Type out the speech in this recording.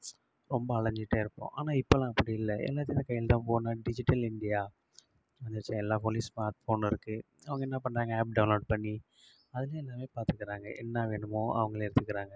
ரொம்ப அலைஞ்சுட்டே இருப்போம் ஆனால் இப்போலாம் அப்படியில்ல என்ன ஆச்சுன்னா இப்போது எங்கே போனாலும் டிஜிட்டல் இந்தியா வந்துச்சு எல்லா ஃபோன்லையும் ஸ்மார்ட் ஃபோன் இருக்குது அவங்க என்ன பண்ணுறாங்க ஆப் டவுன்லோட் பண்ணி அதுலேயே நிறைய பார்துக்குறாங்க என்ன வேணுமோ அவங்களே எடுத்துக்கிறாங்க